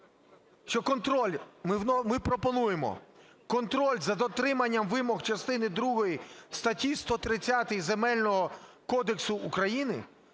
ми пропонуємо: "Контроль за дотриманням вимог частини другої статті 130 Земельного кодексу України